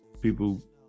people